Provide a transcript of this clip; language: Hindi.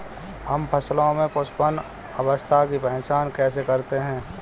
हम फसलों में पुष्पन अवस्था की पहचान कैसे करते हैं?